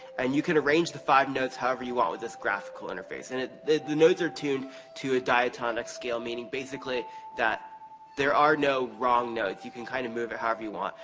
and you can arrange the five notes however you want with this graphical interface. and the the notes are tuned to a diatonic scale, meaning basically that there are no wrong notes, you can kind of move it however you want.